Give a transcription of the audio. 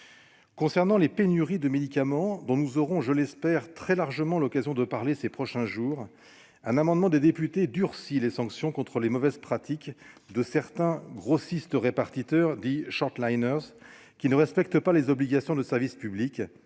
S'agissant des pénuries de médicaments, dont nous aurons, je l'espère, largement l'occasion de parler ces prochains jours, un amendement des députés durcit les sanctions contre les mauvaises pratiques de certains grossistes répartiteurs, dits, qui ne respectent pas leurs obligations de service public,